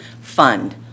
fund